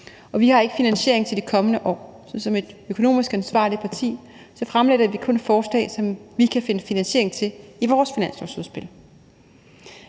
vi har ikke finansiering til de kommende år, så som et økonomisk ansvarligt parti fremlægger vi kun forslag, som vi kan finde finansiering til i vores finanslovsudspil.